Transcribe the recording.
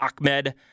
Ahmed